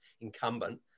incumbent